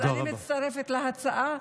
אז אני מצטרפת להצעה.